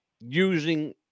using